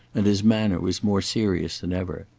and his manner was more serious than ever.